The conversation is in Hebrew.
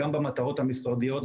גם במטרות המשרדיות,